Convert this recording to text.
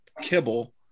kibble